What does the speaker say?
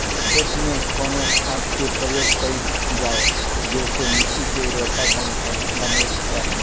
खेत में कवने खाद्य के प्रयोग कइल जाव जेसे मिट्टी के उर्वरता बनल रहे?